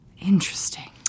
interesting